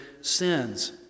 sins